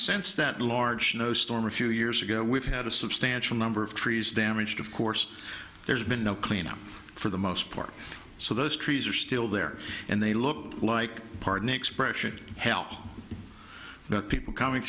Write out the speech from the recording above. sense that large no storm a few years ago we've had a substantial number of trees damaged of course there's been no cleanup for the most part so those trees are still there and they look like pardon the expression help the people coming